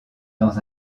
dans